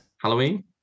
Halloween